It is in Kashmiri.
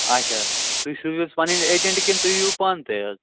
اچھا تُہۍ سوٗزِوٕ پَنٕنۍ ایٚجَنٹ کِنہٕ تُہۍ یِیو پانہٕ تہِ حظ